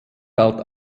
galt